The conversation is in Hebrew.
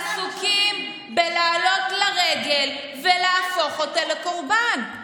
עסוקים בלעלות לרגל ולהפוך אותו לקורבן.